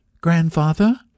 Grandfather